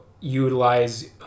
utilize